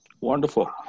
Wonderful